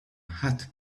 hat